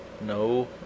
No